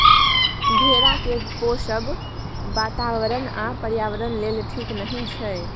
भेड़ा केँ पोसब बाताबरण आ पर्यावरण लेल ठीक नहि छै